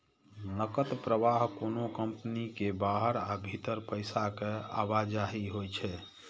नकद प्रवाह कोनो कंपनी के बाहर आ भीतर पैसा के आवाजही होइ छै